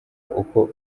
uko